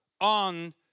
on